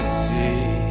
see